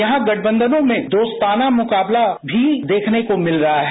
यहां गठबंधनों में दोस्ताना मुकाबला भी देखने को मिल रहा है